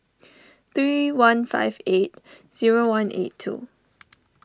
three one five eight zero one eight two